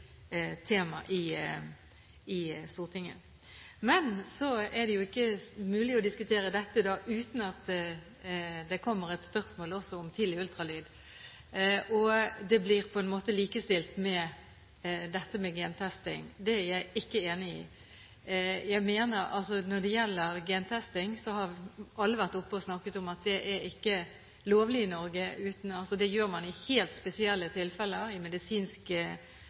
tema i Stortinget. Men så er det ikke mulig å diskutere dette uten at det kommer et spørsmål også om tidlig ultralyd, og det blir på en måte likestilt med gentesting. Det er jeg ikke enig i. Når det gjelder gentesting, har alle vært oppe og snakket om at det ikke er lovlig i Norge – det gjør man bare i helt spesielle tilfeller i medisinsk sammenheng. Tidlig ultralyd er en